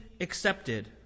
accepted